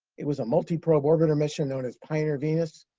it was a multiprobe orbiter mission known as pioneer venus,